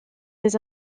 des